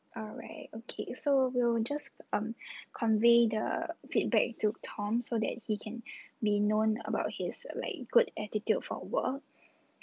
alright okay so we'll just um convey the feedback to tom so that he can be known about his uh like good attitude for work